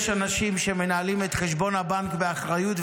יש אנשים שמנהלים את חשבון הבנק באחריות,